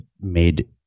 made